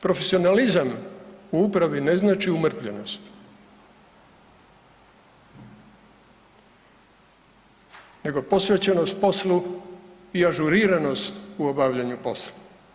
Profesionalizam u upravi ne znači umrtvljenost nego posvećenost poslu i ažuriranost u obavljaju posla.